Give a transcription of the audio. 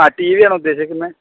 ആ T V ആണോ ഉദ്ദേശിക്കുന്നത്